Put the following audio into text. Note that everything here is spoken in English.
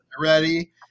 ready